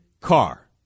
car